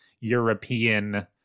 European